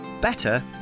Better